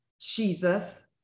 Jesus